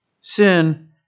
Sin